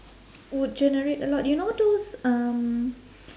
would generate a lot you know those um